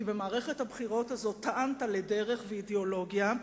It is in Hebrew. כי במערכת הבחירות הזאת טענת לדרך ולאידיאולוגיה.